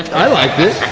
i liked it.